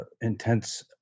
intense